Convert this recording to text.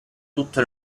tutto